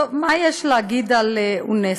טוב, מה יש להגיד על אונסק"ו?